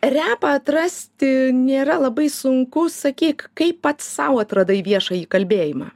repą atrasti nėra labai sunku sakyk kaip pats sau atradai viešąjį kalbėjimą